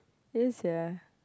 yes sia